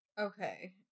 Okay